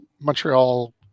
Montreal